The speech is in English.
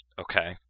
Okay